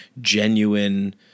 genuine